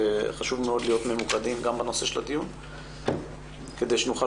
חשוב מאוד להיות ממוקדים בדיון כדי שנוכל